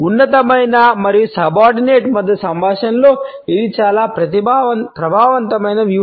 ఉన్నతమైన మరియు సబార్డినేట్ మధ్య సంభాషణలో ఇది చాలా ప్రభావవంతమైన వ్యూహం